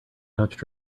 touched